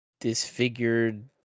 disfigured